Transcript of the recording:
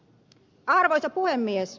arvoisa puhemies